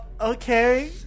Okay